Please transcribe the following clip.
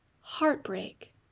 heartbreak